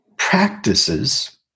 practices